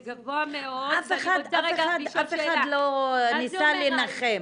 זה גבוה מאוד ואני רוצה לשאול שאלה -- אף אחד לא ניסה לנחם.